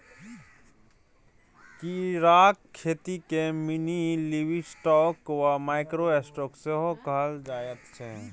कीड़ाक खेतीकेँ मिनीलिवस्टॉक वा माइक्रो स्टॉक सेहो कहल जाइत छै